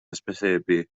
hysbysebu